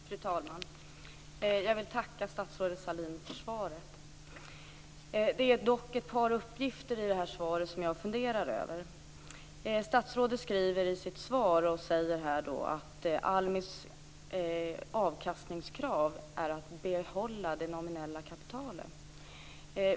Fru talman! Jag vill tacka statsrådet Sahlin för svaret. Det är dock ett par uppgifter i svaret som jag funderar över. Statsrådet säger i sitt svar att ALMI:s avkastningskrav är att behålla det nominella kapitalet.